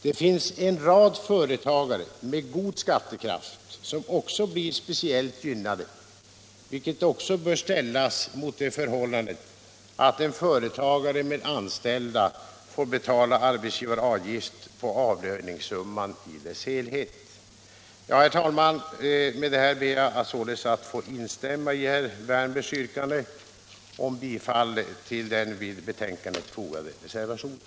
Det finns en rad företagare med god skattekraft som också blir speciellt gynnade, vilket också bör ställas mot det förhållandet att en företagare med anställda får betala arbetsgivaravgift på avlöningssumman i dess helhet. Herr talman! Med detta ber jag således att få instämma i herr Wärnbergs yrkande om bifall till den vid betänkandet fogade reservationen.